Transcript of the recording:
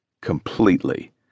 completely